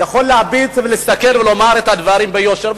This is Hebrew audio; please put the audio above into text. יכול להביט ולהסתכל ולומר את הדברים ביושר,